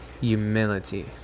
humility